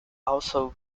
also